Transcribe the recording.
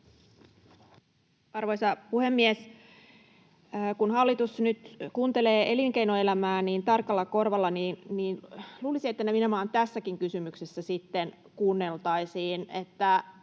Arvoisa puhemies! Kun hallitus nyt kuuntelee elinkeinoelämää niin tarkalla korvalla, niin luulisi, että nimenomaan tässäkin kysymyksessä sitten kuunneltaisiin, että